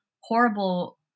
horrible